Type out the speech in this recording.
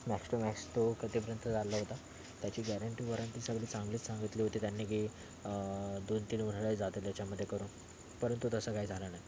max to max तो कधीपर्यंत चालला होता त्याची गॅरेंटी वॉरंटी सगळी चांगलीच सांगितली होती त्यांनी की दोन तीन उन्हाळे जाते त्याच्यामध्ये करून परंतु तसं काही झालं नाही